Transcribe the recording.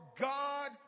God